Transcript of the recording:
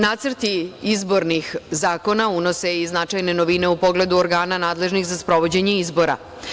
Nacrti izbornih zakona unose i značajne novine u pogledu organa nadležnih za sprovođenje izbora.